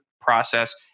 process